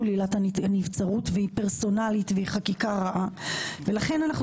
עילת הנבצרות והיא פרסונלית והיא חקיקה רעה ולכן אנחנו